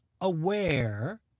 aware